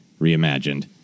reimagined